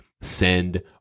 send